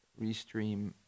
restream